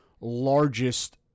largest